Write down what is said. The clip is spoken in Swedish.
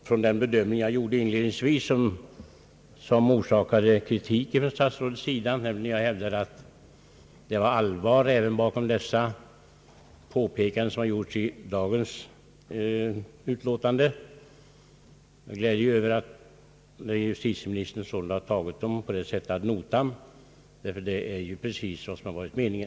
Från den bedömning jag gjorde inledningsvis, som orsakade kritiken från herr statsrådets sida, när jag hävdade att det var allvar även bakom påpekandena i dagens utlåtande, måste jag uttala min glädje över att justitieministern tagit påpekandena på det sättet ad notam. Det är precis vad som varit meningen.